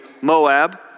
Moab